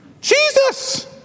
Jesus